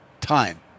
time